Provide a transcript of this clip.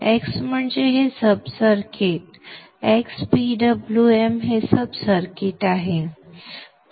x म्हणजे हे sub circuit x PWM हे सब सर्किट आहे